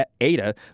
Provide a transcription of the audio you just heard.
ada